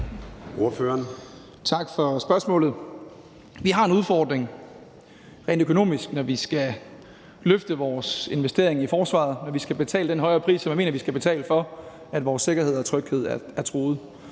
Tak for spørgsmålet. Vi har en udfordring rent økonomisk, når vi skal løfte vores investering i forsvaret, og når vi skal betale den højere pris, som vi mener, vi skal betale, når vores sikkerhed og tryghed er truet.